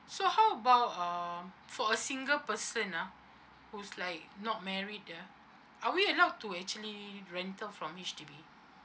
so how about uh for a single person ah who's like not married ah are we allowed to actually rental from H_D_B